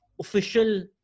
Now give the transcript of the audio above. official